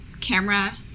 camera